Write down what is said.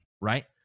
right